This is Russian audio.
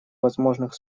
возможных